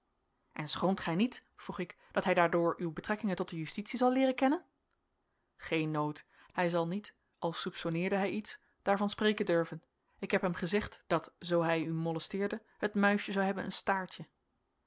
en schroomt gij niet vroeg ik dat hij daardoor uw betrekkingen tot de justitie zal leeren kennen geen nood hij zal niet al soupçonneerde hij iets daarvan spreken durven ik heb hem gezegd dat zoo hij u molesteerde het muisje zou hebben een staartje